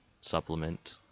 supplement